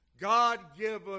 God-given